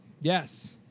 Yes